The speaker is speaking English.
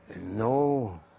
no